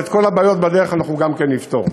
ואת כל הבעיות בדרך אנחנו גם כן נפתור.